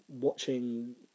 watching